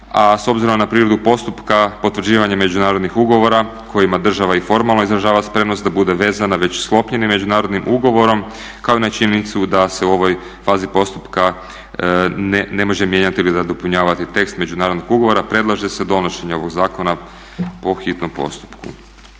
a s obzirom na prirodu postupka potvrđivanjem međunarodnih ugovora kojima država i formalno izražava spremnost da bude vezana već sklopljenim međunarodnim ugovorom kao i na činjenicu da se u ovoj fazi postupka ne može mijenjati ili nadopunjavati tekst međunarodnog ugovora, predlaže se donošenje ovog zakona po hitnom postupku.